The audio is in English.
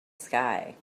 sky